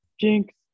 Jinx